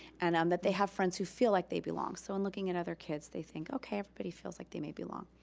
and um that they have friends who feel like they belong, so in looking at other kids, they think, okay everybody feels like they may belong.